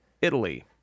Italy